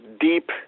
deep